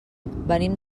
venim